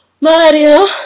Mario